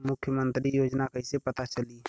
मुख्यमंत्री योजना कइसे पता चली?